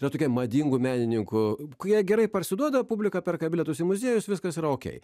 yra tokia madingų menininkų kurie gerai parsiduoda publiką perka bilietus į muziejus viskas ir šokiai